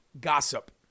gossip